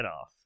off